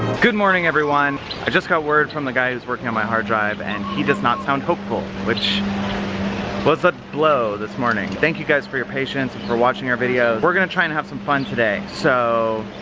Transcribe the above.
good morning, everyone. i just got word from the guy who's working on my hard drive, and he does not sound hopeful, which was a blow this morning. thank you guys for your patience, and for watching our videos. we're gonna try and have some fun today. so,